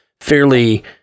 fairly